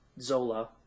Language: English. zola